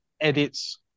edits